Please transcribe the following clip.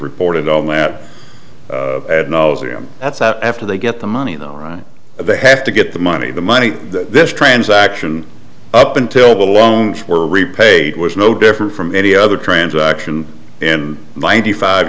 reported on mat ad nauseum that's out after they get the money though right they have to get the money the money this transaction up until the loans were repaid was no different from any other transaction in ninety five